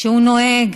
כשהוא נוהג,